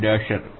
dasher Richard B